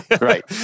right